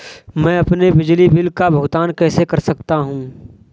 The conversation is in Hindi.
मैं अपने बिजली बिल का भुगतान कैसे कर सकता हूँ?